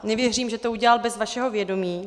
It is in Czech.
Nevěřím, že to udělal bez vašeho vědomí.